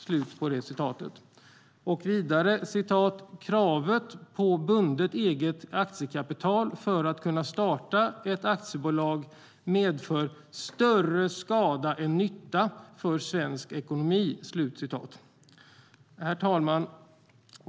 Vidare menar de att "kravet på bundet eget aktiekapital för att kunna starta ett aktiebolag medför större skada än nytta för svensk ekonomi". Herr talman!